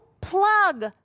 plug